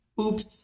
Oops